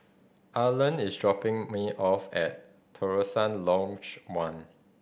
Arlan is dropping me off at Terusan Lodge One